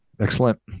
Excellent